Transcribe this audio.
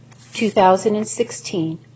2016